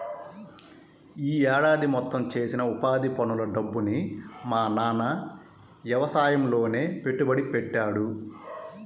యీ ఏడాది మొత్తం చేసిన ఉపాధి పనుల డబ్బుని మా నాన్న యవసాయంలోనే పెట్టుబడి పెట్టాడు